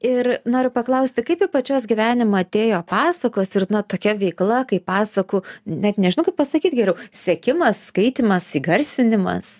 ir noriu paklausti kaip į pačios gyvenimą atėjo pasakos ir tokia veikla kaip pasakų net nežinau kaip pasakyt geriau sekimas skaitymas įgarsinimas